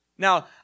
Now